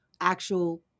actual